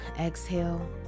exhale